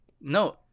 No